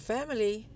Family